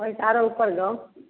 ओहिसँ आओर उपर जाउ